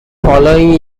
following